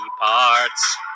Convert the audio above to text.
parts